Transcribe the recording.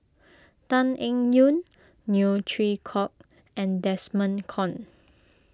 Tan Eng Yoon Neo Chwee Kok and Desmond Kon